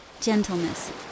gentleness